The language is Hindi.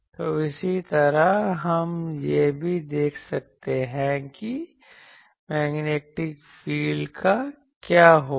तो इसी तरह हम यह भी देख सकते हैं कि मैग्नेटिक फील्ड का क्या होगा